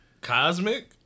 cosmic